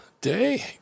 day